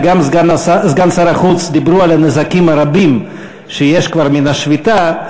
וגם סגן שר החוץ דיברו על הנזקים הרבים שכבר יש מן השביתה,